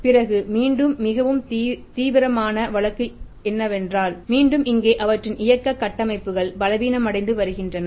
பிறகு மீண்டும் மிகவும் தீவிரமான வழக்கு ஏனென்றால் மீண்டும் இங்கே அவற்றின் இயக்க கட்டமைப்புகள் பலவீனமடைந்து வருகின்றன